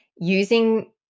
using